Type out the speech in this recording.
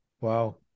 wow